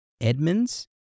Edmonds